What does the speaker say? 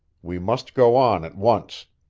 we must go on at once.